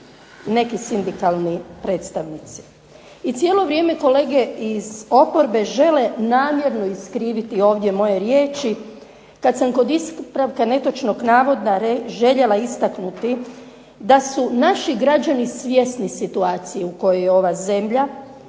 neki sindikalni predstavnici, i cijelo vrijeme kolege iz oporbe žele namjerno iskriviti ovdje moje riječi kad sam kod ispravka netočnog navoda željela istaknuti da su naši građani svjesni situacije u kojoj je ova zemlja